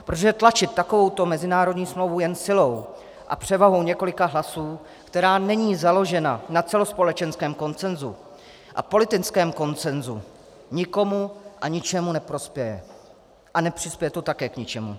Protože tlačit takovouto mezinárodní smlouvu jen silou a převahou několika hlasů, která není založena na celospolečenském konsenzu a politickém konsenzu, nikomu a ničemu neprospěje a nepřispěje to také k ničemu.